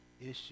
issue